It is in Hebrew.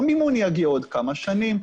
המימון יגיע בעוד כמה שנים.